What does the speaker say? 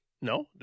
No